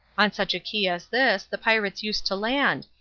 on such a key as this the pirates used to land.